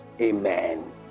Amen